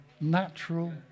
natural